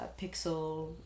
Pixel